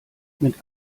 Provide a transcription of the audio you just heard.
mit